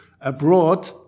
abroad